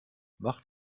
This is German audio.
mach